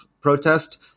protest